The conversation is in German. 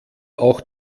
auch